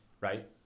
Right